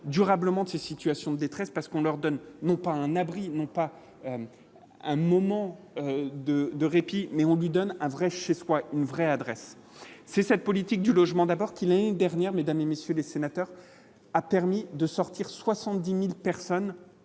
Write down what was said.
durablement de ces situations de détresse parce qu'on leur donne, non pas un abri n'non pas un moment de de répit mais on lui donne un vrai chez soi une vraie adresse c'est cette politique du logement d'abord qu'il dernière mesdames et messieurs les sénateurs, a permis de sortir 70000 personnes